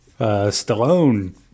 Stallone